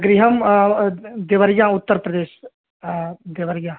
गृहं दे देवर्या उत्तरप्रदेशः देवर्या